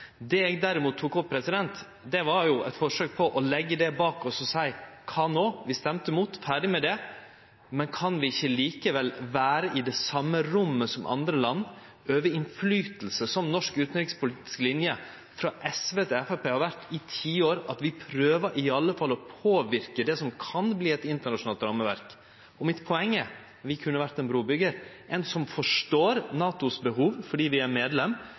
Det eg derimot tok opp, var eit forsøk på å leggje det bak oss og seie: Kva no, vi stemte mot, ferdig med det, men kan vi ikkje likevel vere i det same rommet som andre land, øve innverknad ut frå korleis norsk utanrikspolitisk linje – frå SV til Framstegspartiet – har vore i tiår, at vi i alle fall prøver å påverke det som kan verte eit internasjonalt rammeverk? Poenget mitt er: Vi kunne vore ein brubyggjar, ein som forstår NATOs behov fordi vi er medlem,